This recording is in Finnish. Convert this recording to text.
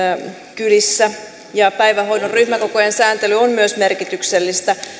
kylissä ja myös päivähoidon ryhmäkokojen sääntely on merkityksellistä